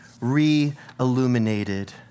re-illuminated